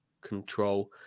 control